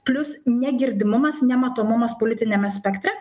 plius negirdimumas nematomumas politiniame spektre